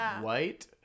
white